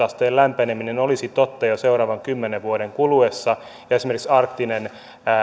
asteen lämpeneminen olisi totta jo seuraavan kymmenen vuoden kuluessa ja esimerkiksi arktinen